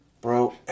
Bro